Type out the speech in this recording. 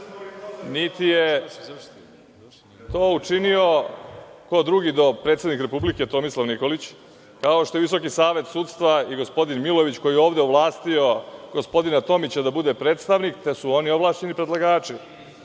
je to učinio ko drugi do predsednik Republike Tomislav Nikolić, kao što Visoki savet sudstva i gospodin Milojević, koji je ovde ovlastio gospodina Tomića da bude predstavnik, te su oni ovlašćeni predlagači. Gospodin